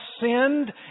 sinned